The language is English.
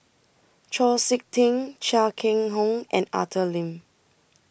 Chau Sik Ting Chia Keng Hock and Arthur Lim